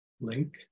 link